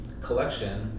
collection